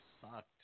sucked